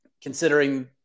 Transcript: considering